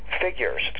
figures